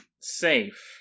safe